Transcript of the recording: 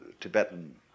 Tibetan